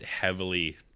heavily